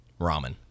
Ramen